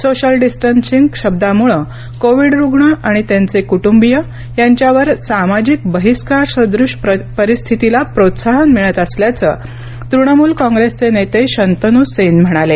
social distancing शब्दामुळे COVID रुग्ण आणि त्यांचे कुटुंबिय यांच्यावर सामाजिक बहिष्कारसदृश परिस्थितीला प्रोत्साहन मिळत असल्याचं तृणमूल काँग्रेसचे नेते शंतनू सेन म्हणाले